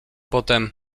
potem